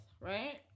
right